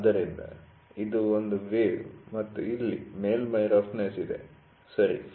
ಆದ್ದರಿಂದ ಇದು ಒಂದು ವೇವ್ ಮತ್ತು ಇಲ್ಲಿ ಮೇಲ್ಮೈ ರಫ್ನೆಸ್ ಇದೆ ಸರಿ